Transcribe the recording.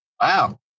Wow